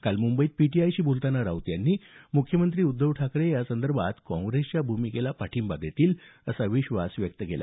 काल मुंबईत पीटीआयशी बोलताना राऊत यांनी मुख्यमंत्री उद्धव ठाकरे यासंदर्भात काँग्रेसच्या भूमिकेला पाठिंबा देतील असा विश्वास व्यक्त केला